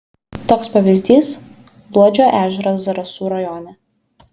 toks pavyzdys luodžio ežeras zarasų rajone